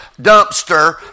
dumpster